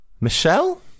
Michelle